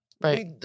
right